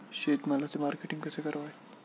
शेतमालाचे मार्केटिंग कसे करावे?